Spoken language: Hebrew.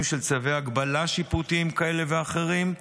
של צווי הגבלה שיפוטיים כאלה ואחרים,